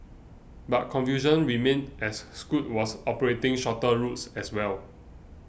but confusion remained as Scoot was operating shorter routes as well